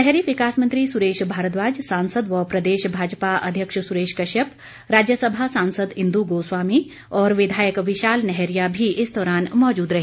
शहरी विकास मंत्री सुरेश भारद्वाज सांसद व प्रदेश भाजपा अध्यक्ष सुरेश कश्यप राज्यसभा सांसद इंदु गोस्वामी और विधायक विशाल नेहरिया भी इस दौरान मौजूद रहे